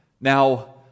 Now